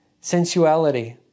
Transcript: sensuality